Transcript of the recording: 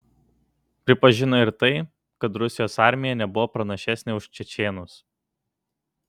pripažino ir tai kad rusijos armija nebuvo pranašesnė už čečėnus